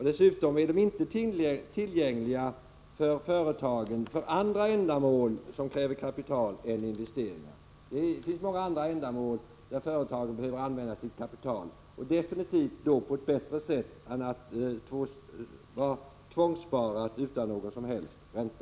Dessutom är de inte tillgängliga för företagen för andra ändamål som kräver kapital än investeringar. Det finns många andra ändamål som företagen behöver använda sitt kapital till, vilket absolut skulle ske på ett bättre sätt än tvångssparande utan någon som helst ränta.